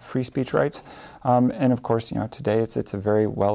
free speech rights and of course you know today it's a very well